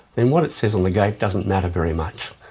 then what it says on the gate doesn't matter very much.